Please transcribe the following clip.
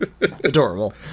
Adorable